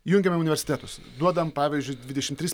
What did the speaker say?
jungiame universitetus duodam pavyzdžiui dvidešim tris